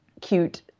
cute